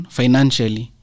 financially